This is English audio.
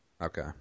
okay